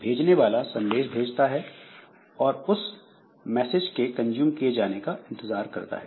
भेजने वाला संदेश भेजता है और उस मैसेज के कंज्यूम किए जाने का इंतजार करता है